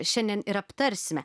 šiandien ir aptarsime